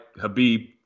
Habib